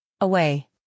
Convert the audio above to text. away